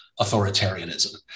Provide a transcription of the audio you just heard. authoritarianism